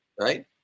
right